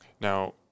Now